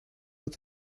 with